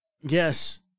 yes